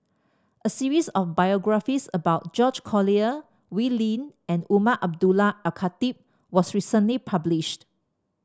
a series of biographies about George Collyer Wee Lin and Umar Abdullah Al Khatib was recently published